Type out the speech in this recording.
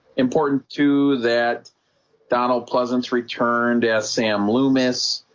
important to that donald pleasance returned as sam loomis